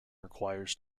requires